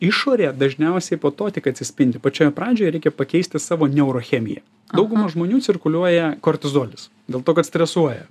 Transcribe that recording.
išorėje dažniausiai po to tik atsispindi pačioje pradžioje reikia pakeisti savo neurochemiją dauguma žmonių cirkuliuoja kortizolis dėl to kad stresuoja